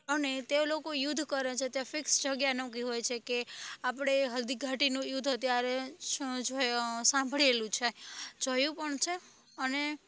અને તે લોકો યુદ્ધ કરે છે તે ફિક્સ જગ્યા નક્કી હોય છે કે આપણે હલ્દીઘાટીનું યુદ્ધ અત્યારે સાંભળેલુ છે જોયું પણ છે અને